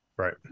Right